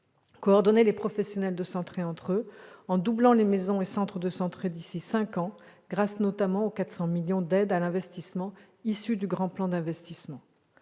coordonner les professionnels de santé entre eux, en doublant les maisons et centres de santé d'ici à cinq ans, notamment grâce au 400 millions d'euros d'aide à l'investissement issus du Grand Plan d'investissement